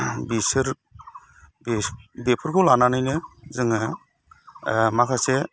बिसोर बेफोरखौ लानानैनो जोङो माखासे